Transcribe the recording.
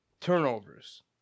Turnovers